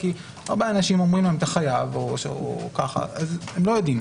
הרבה אנשים אומרים להם: אתה חייב, והם לא יודעים,